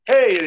Hey